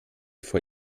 vor